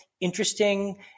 interesting